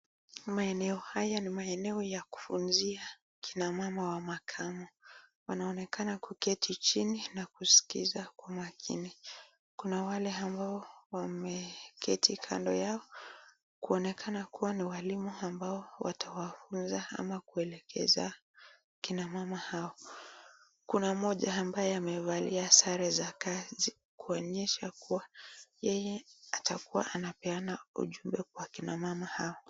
Maeneo haya ni maeneo ya kufunzia kina mama wa makamu ,wanaonekana kuketi chini na kuskiza kwa makini ,kuna wale ambao wameketi kando yao kuonekana kuwa ni walimu ambao watawafunza au kuelekeza kina mama hao kuna mmoja ambaye amevalia sare za kazi kuonyesha kuwa yeye atakuwa anapeana ujumbe kwa kina mama hao.